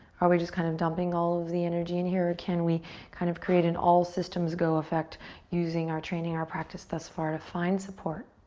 are we just kind of dumping all of the energy in here or can we kind of create an all systems go effect using our training, our practice thus far to find support?